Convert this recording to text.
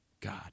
God